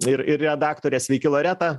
ir ir redaktorė sveiki loreta